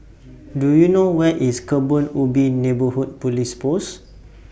Do YOU know Where IS Kebun Ubi Neighbourhood Police Post